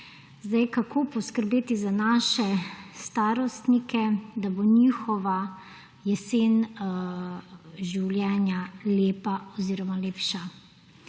Kako poskrbeti za naše starostnike, da bo njihova jesen življenja lepa oziroma lepša?